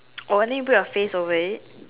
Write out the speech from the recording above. oh then you put your face over it